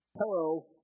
Hello